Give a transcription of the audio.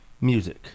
Music